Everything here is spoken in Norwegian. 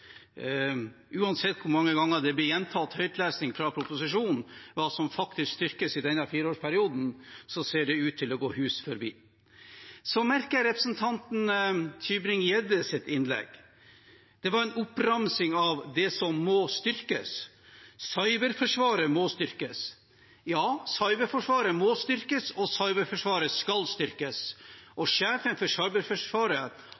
Uansett hvor mange ganger det blir gjentatt høytlesing fra proposisjonen om hva som faktisk styrkes i denne fireårsperioden, ser det ut til å gå dem hus forbi. Så merket jeg meg representanten Tybring-Gjeddes innlegg. Det var en oppramsing av det som må styrkes, Cyberforsvaret må styrkes. Ja, Cyberforsvaret må styrkes, og Cyberforsvaret skal styrkes.